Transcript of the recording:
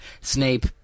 Snape